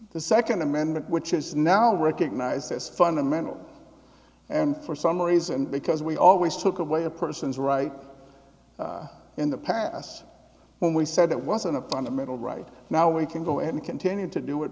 the second amendment which is now recognized as fundamental and for some reason because we always took away a person's right in the past when we said it wasn't a fundamental right now we can go ahead and continue to do it